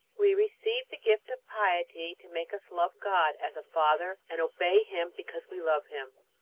we receive the gift of piety to make us love god as a father and obey him because we love him.